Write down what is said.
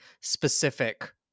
specific